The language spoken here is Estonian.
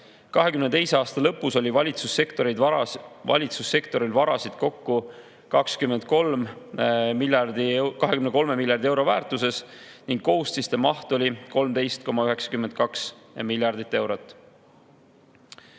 2022. aasta lõpus oli valitsussektoril varasid kokku 23 miljardi euro väärtuses ning kohustiste maht oli 13,92 miljardit eurot.